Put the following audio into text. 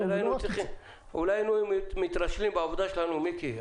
אולי אם היינו מתרשלים בעבודתנו, מיקי,